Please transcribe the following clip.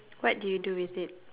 what do you do with it